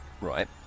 Right